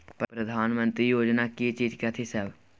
प्रधानमंत्री योजना की चीज कथि सब?